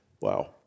Wow